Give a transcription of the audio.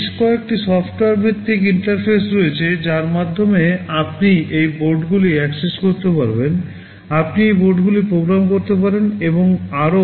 বেশ কয়েকটি সফটওয়্যার ভিত্তিক ইন্টারফেস রয়েছে যার মাধ্যমে আপনি এই বোর্ডগুলি অ্যাক্সেস করতে পারবেন আপনি এই বোর্ডগুলি প্রোগ্রাম করতে পারেন এবং আরও